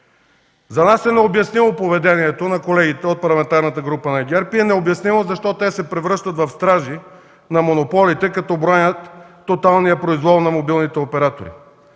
За нас е необяснимо поведението на колегите от Парламентарната група на ГЕРБ. Необяснимо е защо те се превръщат в стражи на монополите, като бранят тоталния произвол на мобилните оператори?!